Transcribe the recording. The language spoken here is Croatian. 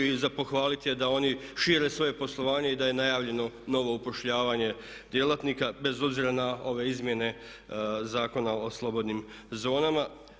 I za pohvaliti je da oni šire svoje poslovanje i da je najavljeno novo upošljavanje djelatnika bez obzira na ove izmjene Zakona o slobodnim zonama.